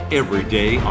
everyday